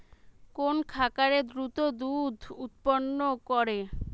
কোন খাকারে দ্রুত দুধ উৎপন্ন করে?